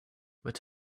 but